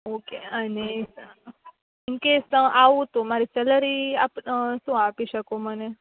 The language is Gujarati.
ઓકે અને ઈન કેસ આવું તો મારી સેલરી આપ શું આપી શકો મને